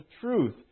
truth